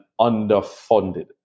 underfunded